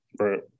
right